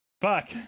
Fuck